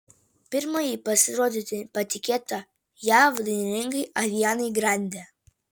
pirmajai pasirodyti patikėta jav dainininkei arianai grande